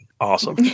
Awesome